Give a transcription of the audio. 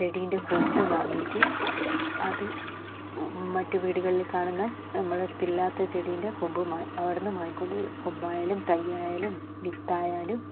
ചെടീൻ്റെ കൊമ്പു മാങ്ങീട്ട് അത് മറ്റു വീടുകളിൽ കാണുന്ന നമ്മുടെ അടുത്ത് ഇല്ലാത്ത ചെടീൻ്റെ കൊമ്പ് മാ അവിടുന്ന് വാങ്ങി കൊണ്ടുവരും കൊമ്പായാലും തൈ ആയാലും വിത്ത് ആയാലും